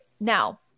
Now